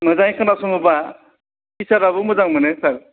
मोजाङै खोनासङोबा टिसाराबो मोजां मोनो सार